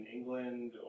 England